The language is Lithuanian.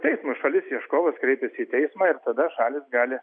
teismui šalis ieškovas kreipiasi į teismą ir tada šalys gali